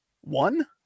One